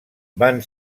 van